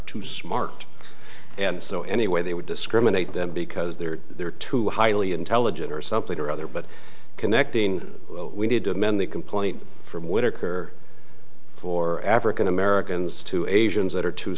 too smart and so anyway they would discriminate them because they're there too highly intelligent or something or other but connecting we need to amend the complaint from whittaker for african americans to asians that are too